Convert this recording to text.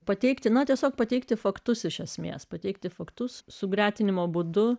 pateiktino tiesiog pateikti faktus iš esmės pateikti faktus sugretinimo būdu